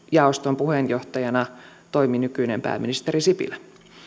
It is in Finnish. jaoston puheenjohtajana toimi nykyinen pääministeri sipilä